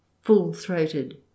full-throated